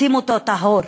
רוצים אותו טהור,